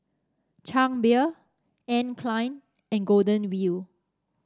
Chang Beer Anne Klein and Golden Wheel